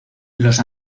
los